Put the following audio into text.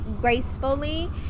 gracefully